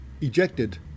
ejected